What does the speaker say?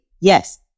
yes